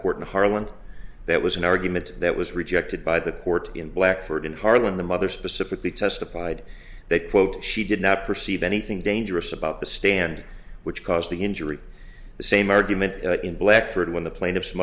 court harland that was an argument that was rejected by the court in blackford in harlem the mother specifically testified that quote she did not perceive anything dangerous about the stand which caused the injury the same argument in blackford when the pla